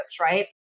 right